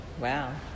Wow